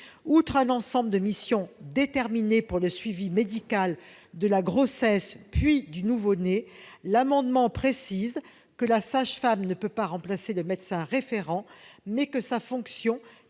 Outre un ensemble de missions déterminées pour le suivi médical de la grossesse, puis du nouveau-né, il est précisé que la sage-femme ne peut pas remplacer les médecins référents, mais que sa fonction permet